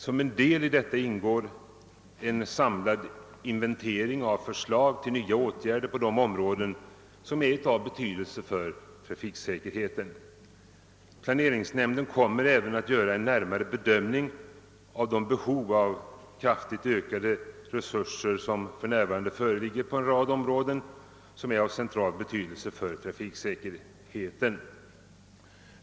Som en del i detta ingår en samlad orientering av förslag till nya åtgärder på de områden som är av betydelse för trafiksäkerheten. Planeringsnämnden kommer även att göra en närmare bedömning av de behov av kraftigt ökade resurser som för närvarande föreligger på en rad områden som är av central betydelse för trafiksäkerheten.